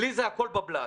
בלי זה, הכל בבל"ת.